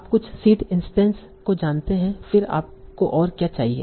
आप कुछ seed instance को जानते हैं फिर आपको और क्या चाहिए